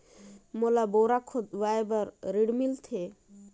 मोला बोरा खोदवाय बार ऋण मिलथे?